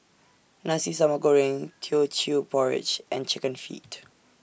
Nasi Sambal Goreng Teochew Porridge and Chicken Feet